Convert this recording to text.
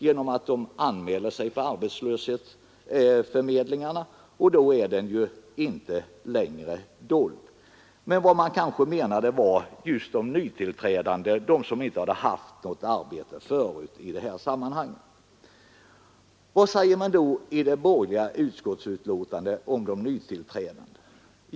Genom att folk anmäler sig till arbetsförmedlingarna är arbetslösheten inte längre ”dold”. Men kanske man menade just de nytillträdande, de som inte haft något arbete förut. Vad säger man då i det borgerliga utskottsbetänkandet om de nytillträdande?